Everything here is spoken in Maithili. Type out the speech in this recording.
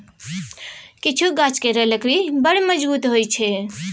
किछु गाछ केर लकड़ी बड़ मजगुत होइ छै